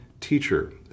Teacher